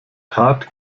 tat